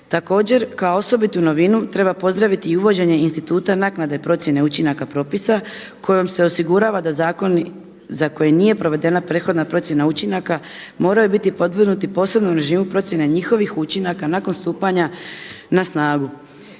Također kao osobitu novinu treba pozdraviti i uvođenje instituta naknade procjene učinaka propisa kojom se osigurava da zakon za koji nije provedena prethodna procjena učinaka moraju biti podvrgnuti posebnom režimu procjene njihovih učinaka nakon stupanja na snagu.